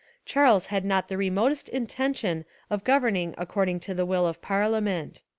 charles had not the remotest intention of governing according to the will of parliament.